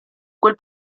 quel